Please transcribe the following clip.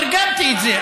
תרגמתי את זה.